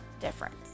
difference